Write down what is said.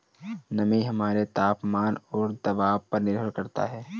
नमी हमारे तापमान और दबाव पर निर्भर करता है